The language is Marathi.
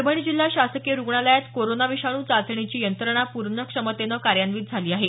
परभणी जिल्हा शासकीय रूग्णालयात कोरोना विषाणू चाचणीची यंत्रणा पूर्ण क्षमतेने कार्यान्वित झाली आहे